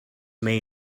may